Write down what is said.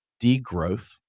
degrowth